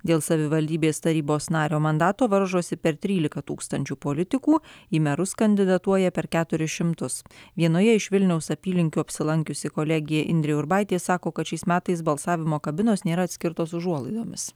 dėl savivaldybės tarybos nario mandato varžosi per trylika tūkstančių politikų į merus kandidatuoja per keturis šimtus vienoje iš vilniaus apylinkių apsilankiusi kolegė indrė urbaitė sako kad šiais metais balsavimo kabinos nėra atskirtos užuolaidomis